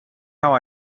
how